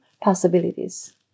possibilities